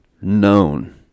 known